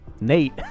Nate